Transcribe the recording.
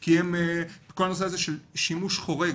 כי כל הנושא הזה של שימוש חורג,